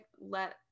let